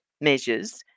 measures